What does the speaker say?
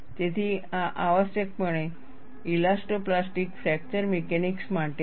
તેથી આ આવશ્યકપણે ઇલાસ્ટોપ્લાસ્ટિક ફ્રેક્ચર મિકેનિક્સ માટે છે